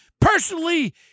personally